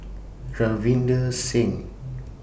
Ravinder Singh